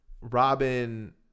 Robin